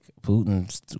Putin's